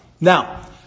Now